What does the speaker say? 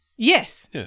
Yes